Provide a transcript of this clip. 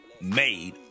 made